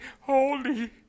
holy